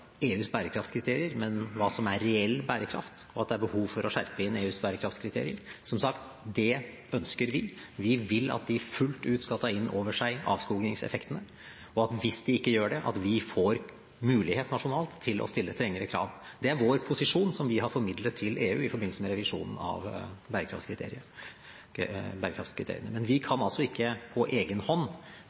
hva som er reell bærekraft, og at det er behov for å skjerpe inn EUs bærekraftskriterier. Som sagt, det ønsker vi, vi vil at de fullt ut skal ta inn over seg avskogingseffektene, og at hvis de ikke gjør det, må vi få mulighet nasjonalt til å stille strengere krav. Det er vår posisjon, som vi har formidlet til EU i forbindelse med revisjonen av bærekraftskriteriene. Men vi kan altså ikke på egen hånd